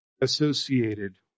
associated